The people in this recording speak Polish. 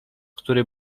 który